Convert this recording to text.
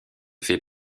fait